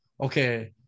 okay